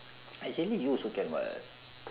actually you also can [what]